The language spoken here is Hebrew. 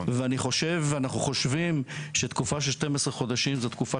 אנחנו חושבים שתקופה של 12 חודשים זאת תקופה